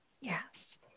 Yes